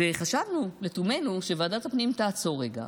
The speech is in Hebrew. חשבנו לתומנו שוועדת הפנים תעצור רגע,